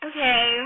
Okay